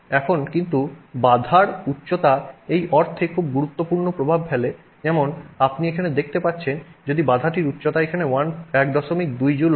এখন কিন্তু বাধার উচ্চতা এই অর্থে খুব গুরুত্বপূর্ণ প্রভাব ফেলে যেমন আপনি এখানে দেখতে পাচ্ছেন যদি বাধাটির উচ্চতা এখানে 12 জুল হয়